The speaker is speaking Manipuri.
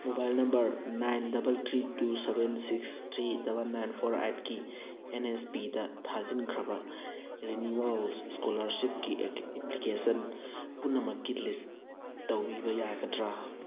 mobile number nine double three two seven six three double nine four eight ꯀꯤ ꯑꯦꯟ ꯑꯦꯁ ꯄꯤꯗ ꯊꯥꯖꯤꯟꯈ꯭ꯔꯕ ꯔꯤꯅꯨꯋꯦꯜ ꯏꯁꯀꯣꯂꯔꯁꯤꯞꯀꯤ ꯑꯦꯄ꯭ꯂꯤꯀꯦꯁꯟ ꯄꯨꯝꯅꯃꯛꯀꯤ ꯂꯤꯁ ꯇꯧꯕꯤꯕ ꯌꯥꯒꯗ꯭ꯔ